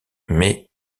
mais